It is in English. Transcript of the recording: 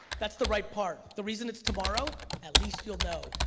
that's the right part. the reason it's tomorrow, at least you'll know.